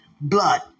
Blood